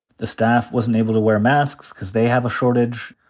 the staff wasn't able to wear masks, cause they have a shortage.